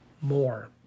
more